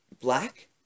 black